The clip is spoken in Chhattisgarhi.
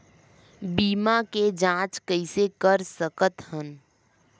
बीमा के जांच कइसे कर सकत हन?